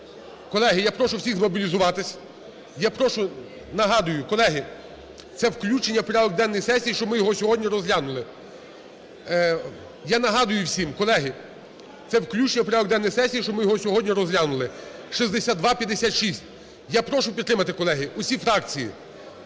Колеги, я прошу всіх змобілізуватись, я прошу… Нагадую, колеги, це включення в порядок денний сесії, щоб ми його сьогодні розглянули. Я нагадаю всім, колеги, це включення в порядок денний сесії, щоб ми його сьогодні розглянули (6256). Я прошу підтримати, колеги, усі фракції,